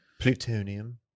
plutonium